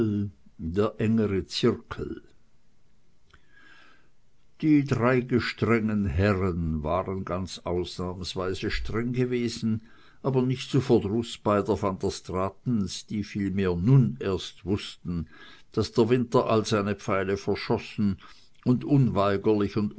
der engere zirkel die drei gestrengen herren waren ganz ausnahmsweise streng gewesen aber nicht zu verdruß beider van der straatens die vielmehr nun erst wußten daß der winter all seine pfeile verschossen und unweigerlich